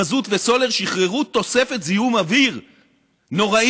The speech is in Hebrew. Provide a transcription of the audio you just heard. מזוט וסולר שחררו תוספת זיהום אוויר נוראית.